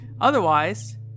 otherwise